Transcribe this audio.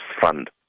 fund